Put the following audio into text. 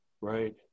right